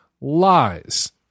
lies